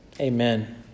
Amen